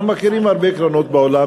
אנחנו מכירים הרבה עקרונות בעולם,